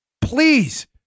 Please